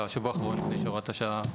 לשבוע האחרון שנשאר להוראת השעה.